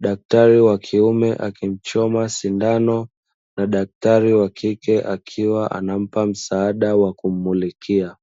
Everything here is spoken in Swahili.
Daktari wa kiume akimchoma sindano na daktari wa kike akiwa anampa msaada wa kummulikia.